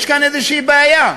יש פה איזושהי בעיה,